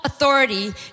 authority